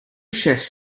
chefs